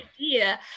idea